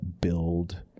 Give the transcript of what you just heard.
build